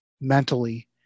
mentally